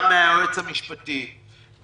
גם מהיועץ המשפטי,